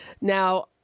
Now